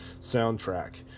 soundtrack